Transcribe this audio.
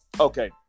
Okay